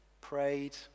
prayed